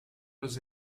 los